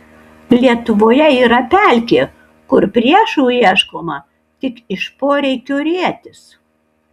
lietuvoje yra pelkė kur priešų ieškoma tik iš poreikio rietis